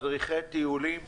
מדריכי טיולים.